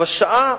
בשעה